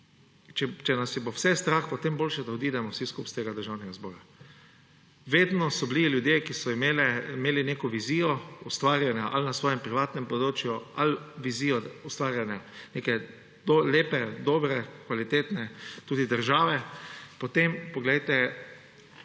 če nas bo vse strah, potem boljše, da odidemo vsi skupaj iz tega državnega zbora. Vedno so bili ljudje, ki so imeli neko vizijo ustvarjanja; ali na svojem privatnem področju ali vizijo ustvarjanja neke lepe, dobre, kvalitetne tudi države, potem, poglejte,